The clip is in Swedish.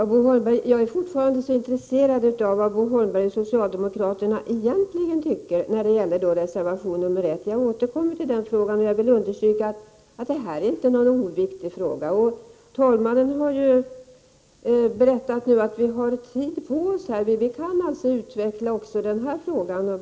Herr talman! Jag är fortfarande intresserad av vad Bo Holmberg och socialdemokraterna egentligen tycker om reservation 1. Jag återkommer till den frågan, och jag vill understryka att det inte är någon oviktig fråga. Talmannen har ju förklarat att vi har tid på oss. Vi kan alltså utveckla oss i denna fråga.